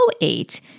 eight